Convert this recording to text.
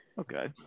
Okay